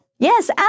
Yes